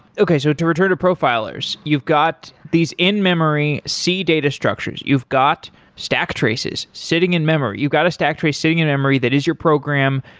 okay, so to return to profilers. you've got these in memory c data structures. you've got stack traces sitting in memory. you've got a stack trace sitting in memory that is your program.